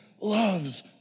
loves